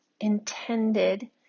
intended